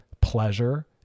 pleasure